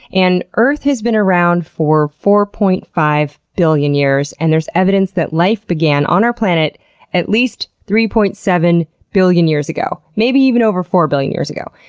and earth has been around for four point five billion years and there's evidence that life began on our planet at least three point seven billion years ago, maybe even over four billion years ago.